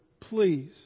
please